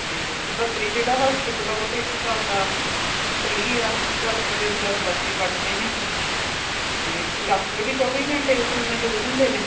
ਅਤੇ ਬੱਬਰੀ ਜਿਹੜਾ ਹੋਸਪੀਟਲ ਆ ਉਹ ਤਾਂ ਇੱਕ ਹਿਸਾਬ ਦਾ ਫ੍ਰੀ ਆ ਦਸ ਰੁਪਏ ਦੀ ਬਸ ਪਰਚੀ ਕੱਟਦੇ ਨੇ ਅਤੇ ਡਾਕਟਰ ਵੀ ਚੌਵੀ ਘੰਟੇ ਉੱਥੇ ਮੌਜੂਦ ਹੁੰਦੇ ਨੇ